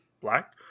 black